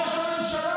ראש הממשלה,